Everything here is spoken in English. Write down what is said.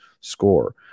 score